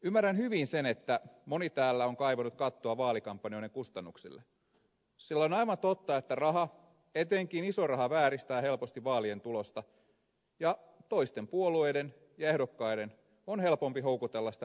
ymmärrän hyvin sen että moni täällä on kaivannut kattoa vaalikampanjoiden kustannuksille sillä on aivan totta että raha etenkin iso raha vääristää helposti vaalien tulosta ja toisten puolueiden ja ehdokkaiden on helpompi houkutella sitä rahoitusta kuin toisten